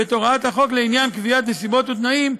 ואת הוראת החוק לעניין קביעת נסיבות ותנאים,